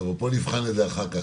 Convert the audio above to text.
פה נבחן את זה אח-כך.